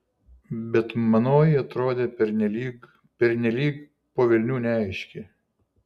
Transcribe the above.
bet manoji atrodė pernelyg pernelyg po velnių neaiški